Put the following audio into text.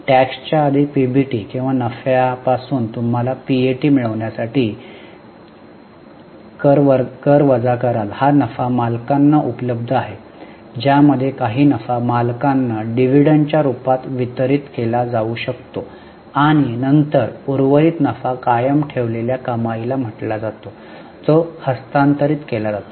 टॅक्सच्या आधी पीबीटी किंवा नफ्यापासून तुम्ही पीएटी मिळवण्यासाठी कर वजा कराल हा नफा मालकांना उपलब्ध आहे ज्यामधून काही नफा मालकांना डिव्हिडंडच्या रूपात वितरित केला जाऊ शकतो आणि नंतर उर्वरित नफा कायम ठेवलेल्या कमाईला म्हटला जातो जो हस्तांतरित केला जातो